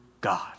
God